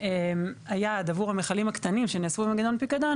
והיעד עבור המכלים הקטנים שנאספו במנגנון פיקדון,